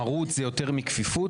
מרות זה יותר מכפיפות?